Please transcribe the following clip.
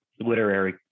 Literary